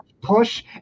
push